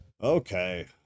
Okay